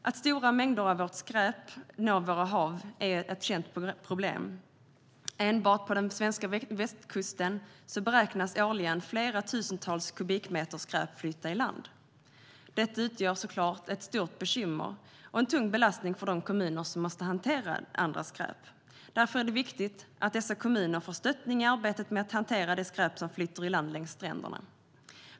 Att stora mängder av vårt skräp når våra hav är ett känt problem. Enbart på den svenska västkusten beräknas årligen flera tusentals kubikmeter skräp flyta i land. Detta utgör såklart ett mycket stort bekymmer och en tung belastning för de kommuner som måste hantera andras skräp. Därför är det viktigt att dessa kommuner får stöttning i arbetet med att hantera det skräp som flyter i land längs stränderna.